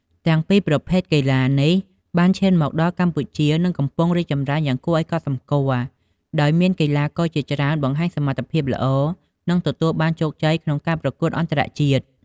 ទាំងពីរប្រភេទកីឡានេះបានឈានមកដល់កម្ពុជា និងកំពុងរីកចម្រើនយ៉ាងគួរឱ្យកត់សម្គាល់ ដោយមានកីឡាករជាច្រើនបង្ហាញសមត្ថភាពល្អ និងទទួលបានជោគជ័យក្នុងការប្រកួតអន្តរជាតិ។